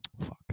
fuck